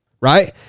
right